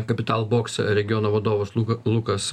capital box regiono vadovas luka lukas